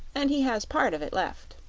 and he has part of it left.